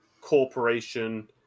corporation